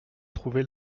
trouver